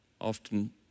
often